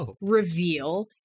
reveal